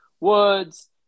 Woods